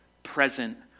present